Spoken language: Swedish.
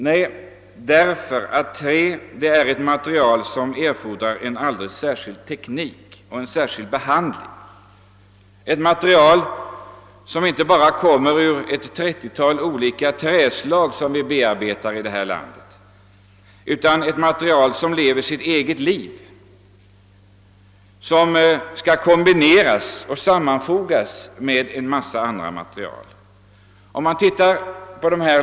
Det beror på att trä är ett material som erfordrar en alideles särskild teknik och en särskild behandling, ett material som består av ett 30 tal olika träslag som vi bearbetar i vårt land, ett material som lever sitt eget liv, ett material som skall kombineras och sammanfogas med en mängd andra material.